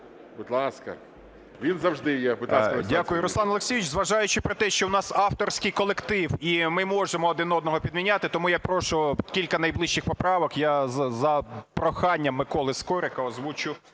12:58:22 КОЛТУНОВИЧ О.С. Руслан Олексійович, зважаючи на те, що в нас авторський колектив і ми можемо один одного підміняти, тому прошу кілька найближчих поправок, за проханням Миколи Скорика озвучу